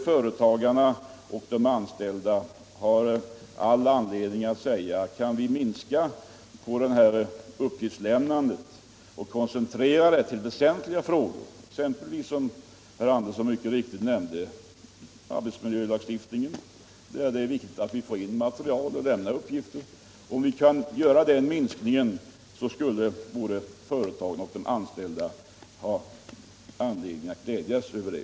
Kan vi minska uppgiftslämnandet och koncentrera det till väsentliga frågor — exempelvis, som herr Andersson mycket riktigt nämnde, arbetsmiljölagstiftningen, där det är viktigt att få in material — skulle både företagen och de anställda ha anledning att glädjas över det.